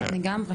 לגמרי.